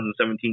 2017